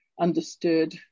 understood